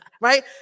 Right